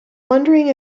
wondering